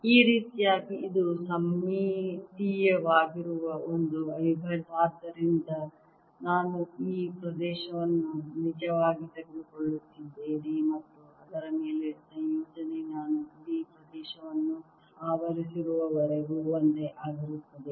ಈ ರೀತಿಯಾಗಿ ಇದು ಸಮ್ಮಿತೀಯವಾಗಿರುವ ಒಂದು ಅವಿಭಾಜ್ಯವಾದ್ದರಿಂದ ನಾನು ಈ ಪ್ರದೇಶವನ್ನು ನಿಜವಾಗಿ ತೆಗೆದುಕೊಳ್ಳುತ್ತಿದ್ದೇನೆ ಮತ್ತು ಅದರ ಮೇಲೆ ಸಂಯೋಜನೆ ನಾನು ಇಡೀ ಪ್ರದೇಶವನ್ನು ಆವರಿಸಿರುವವರೆಗೂ ಒಂದೇ ಆಗಿರುತ್ತದೆ